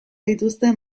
dituzte